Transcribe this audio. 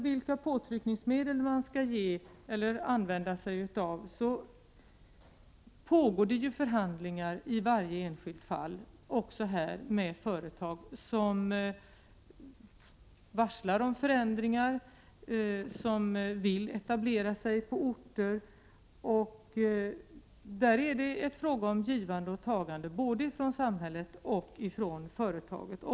Vilka påtryckningsmedel man skall använda sig av pågår det förhandlingar om i varje enskilt fall, även med företag som varslar om förändringar, som vill etablera sig på olika orter. Det är fråga om ett givande och tagande både från samhället och från företaget.